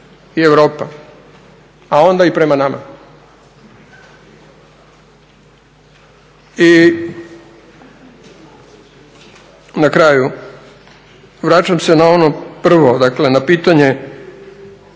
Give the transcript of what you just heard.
i Europa, a onda i prema nama. I na kraju, vraćam se na ono prvo, dakle na pitanje